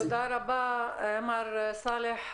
תודה רבה, מר סאלח.